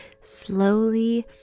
slowly